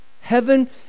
Heaven